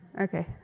Okay